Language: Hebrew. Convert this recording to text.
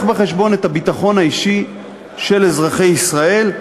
בחשבון את הביטחון האישי של אזרחי ישראל,